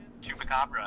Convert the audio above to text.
Chupacabra